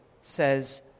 says